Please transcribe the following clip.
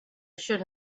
should